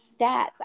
stats